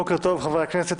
חברי הכנסת,